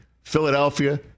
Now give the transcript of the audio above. Philadelphia